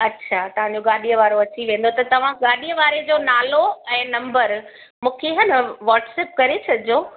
अच्छा तव्हां जो गाॾीअ वारो अची वेंदो त तव्हां गाॾीअ वारे जो नालो ऐं नम्बर मूंखे हा न व्हाट्सअप करे छॾिजो